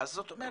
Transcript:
זאת אומרת,